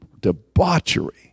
debauchery